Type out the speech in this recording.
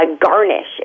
garnish